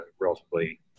relatively